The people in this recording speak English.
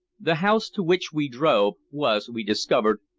the house to which we drove was, we discovered,